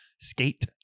skate